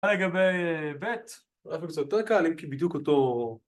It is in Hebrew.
מה לגבי ב, נראה לי זה קצת יותר קל אם כי בדיוק אותו...